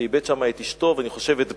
שאיבד שם את אשתו ואני חושב את בנו,